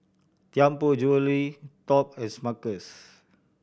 Tianpo Jewellery Top and Smuckers